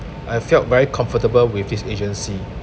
I felt very comfortable with this agency